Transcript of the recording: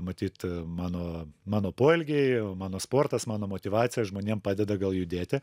matyt mano mano poelgiai mano sportas mano motyvacija žmonėm padeda gal judėti